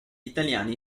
italiani